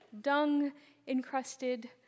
dung-encrusted